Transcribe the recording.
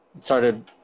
started